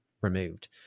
removed